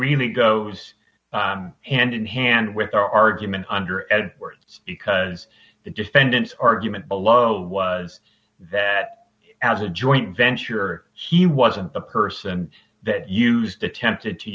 really goes and in hand with our argument under edwards because the defendants argument below was that as a joint venture he wasn't a person that used attempted to